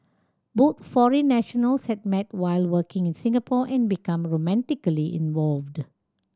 both foreign nationals had met while working in Singapore and become romantically involved